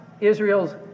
Israel's